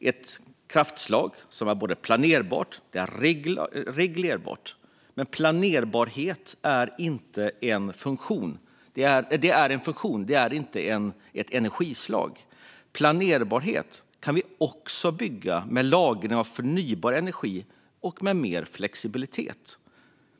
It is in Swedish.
Det är ett kraftslag som är både planerbart och reglerbart. Men planerbarhet är en funktion, inte ett energislag. Planerbarhet kan vi också bygga med lagring av förnybar energi och mer flexibilitet.